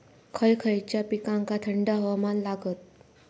खय खयच्या पिकांका थंड हवामान लागतं?